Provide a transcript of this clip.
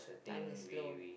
time too slow